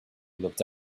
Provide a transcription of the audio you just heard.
looked